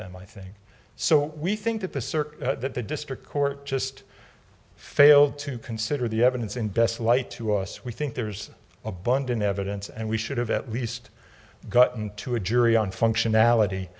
them i think so we think that the circuit that the district court just failed to consider the evidence in best light to us we think there's abundant evidence and we should have at least gotten to a jury on functionality